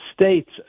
states